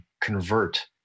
convert